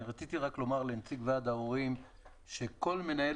רציתי לומר לנציג ועד ההורים שכל מנהל